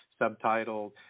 subtitled